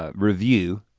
ah review,